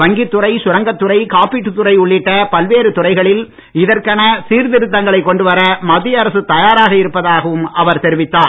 வங்கித்துறை சுரங்கத் துறை காப்பீட்டுத் துறை உள்ளிட்ட பல்பேறு துறைகளில் இதற்கென சீர்திருத்தங்களைக் கொண்டுவர மத்திய அரசு தயாராக இருப்பதாகவும் அவர் தெரிவித்தார்